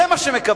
זה מה שמקבלים.